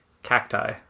cacti